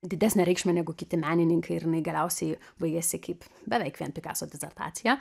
didesnę reikšmę negu kiti menininkai ir jinai galiausiai baigėsi kaip beveik vien pikaso disertacija